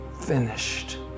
finished